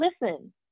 listen